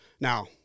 Now